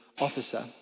Officer